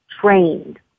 trained